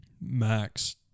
max